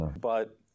But-